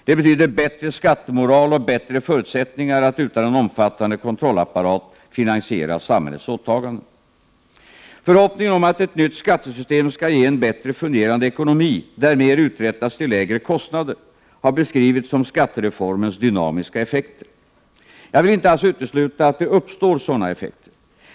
Det betyder bättre skattemoral och bättre förutsättningar att utan en omfattande kontrollapparat finansiera samhällets åtaganden. Förhoppningen om att ett nytt skattesystem skall ge en bättre fungerande ekonomi, där mer uträttas till lägre kostnader, har beskrivits som skattereformens dynamiska effekter. Jag vill inte alls utesluta att det uppstår sådana effekter.